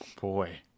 boy